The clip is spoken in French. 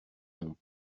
non